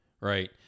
right